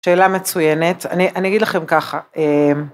שאלה מצוינת, אני אגיד לכם ככה.